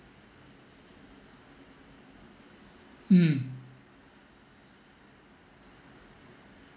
mm